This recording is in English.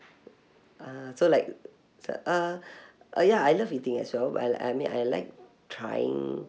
ah so like s~ uh uh ya I love eating as well well I mean I like trying